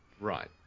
Right